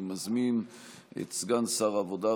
אני מזמין את סגן שר העבודה,